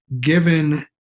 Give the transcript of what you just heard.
given